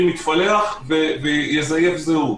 יתפלח ויזייף זהות?